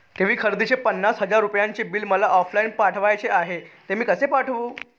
TV खरेदीचे पन्नास हजार रुपयांचे बिल मला ऑफलाईन पाठवायचे आहे, ते मी कसे पाठवू?